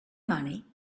money